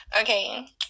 Okay